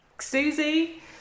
Susie